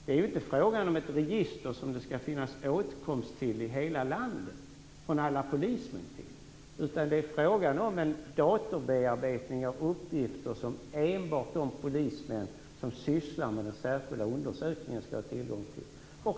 Det är ju inte fråga om ett register som alla poliser i hela landet skall komma åt. Det är fråga om en datorbearbetning av uppgifter som enbart de polismän som sysslar med den särskilda undersökningen skall ha tillgång till.